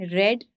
red